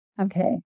okay